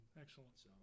Excellent